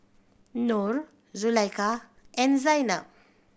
Nor Zulaikha and Zaynab